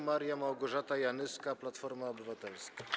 Maria Małgorzata Janyska, Platforma Obywatelska.